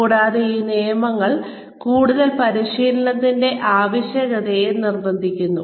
കൂടാതെ ഈ നിയമങ്ങൾ കൂടുതൽ പരിശീലനത്തിന്റെ ആവശ്യകതയെ നിർബന്ധിക്കുന്നു